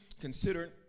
considered